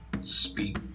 speak